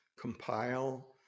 compile